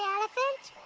elephant?